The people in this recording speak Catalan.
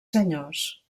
senyors